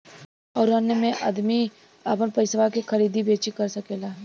अउर अन्य मे अदमी आपन पइसवा के खरीदी बेची कर सकेला